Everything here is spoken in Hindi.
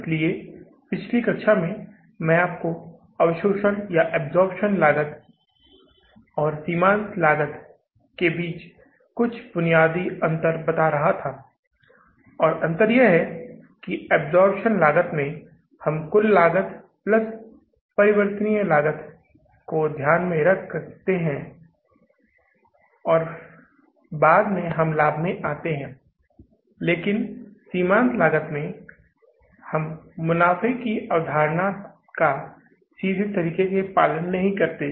इसलिए पिछली कक्षा में मैं आपको अवशोषणअब्जॉर्प्शन लागत और सीमांत लागत के बीच बुनियादी अंतर बता रहा था और अंतर यह है कि अब्जॉर्प्शन लागत में हम कुल लागत प्लस परिवर्तनीय लागत को ध्यान में रखते हैं और उसके बाद हम लाभ में आते हैं लेकिन सीमांत लागत मामले में हम मुनाफ़े की अवधारणा का सीधे तरीके से पालन नहीं करते हैं